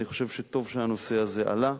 אני חושב שטוב שהנושא הזה עלה.